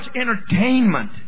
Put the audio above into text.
entertainment